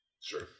Sure